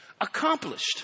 Accomplished